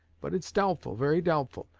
but it's doubtful, very doubtful.